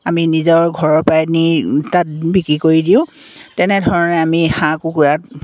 আমি নিজৰ ঘৰৰ পৰাই নি তাত বিক্ৰী কৰি দিওঁ তেনেধৰণে আমি হাঁহ কুকুৰাত